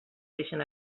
deixen